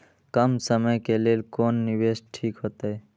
कम समय के लेल कोन निवेश ठीक होते?